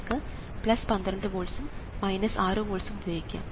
നിങ്ങൾക്ക് 12 വോൾട്സ്ഉം 6 വോൾട്സ്ഉം ഉപയോഗിക്കാം